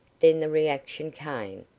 then the reaction came,